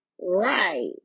right